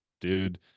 dude